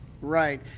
Right